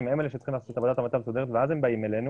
והם אלה שצריכים לקבל החלטה מסודרת ואז הם באים אלינו.